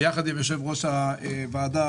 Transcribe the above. ביחד עם יושב-ראש הוועדה,